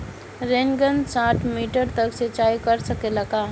Rain gun साठ metre तक सिचाई कर सकेला का?